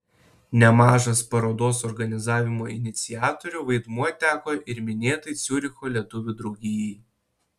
nemažas parodos organizavimo iniciatorių vaidmuo teko ir minėtai ciuricho lietuvių draugijai